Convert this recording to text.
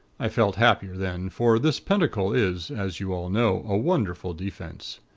i felt happier then for this pentacle is, as you all know, a wonderful defense.